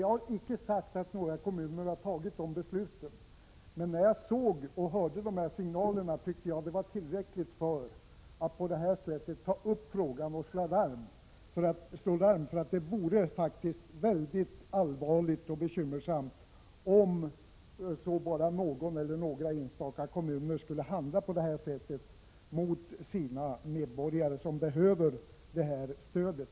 Jag har icke sagt att några kommuner har fattat beslut med den innebörden, men när jag såg och hörde dessa signaler tyckte jag att det var tillräckligt för att slå larm och för att ta upp frågan här i kammaren. Det vore allvarligt och mycket bekymmersamt om så bara någon eller några enstaka kommuner skulle handla på det här sättet mot kommuninvånare som behöver detta stöd.